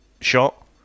shot